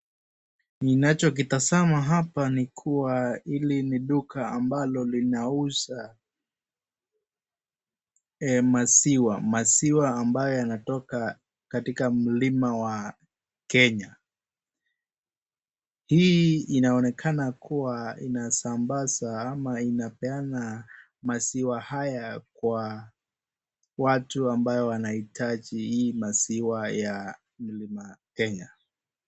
Ninacho kitazama hapa ni kua hili ni duka ambalo linauza maziwa, maziwa ambayo yanatoka katika mlima ya Kenya. Hii inaonekana kua inasambaza ama inapeana maziwa haya kwa watu ambao wanahitaji hii maziwa ya mlima Kenya.